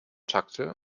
takte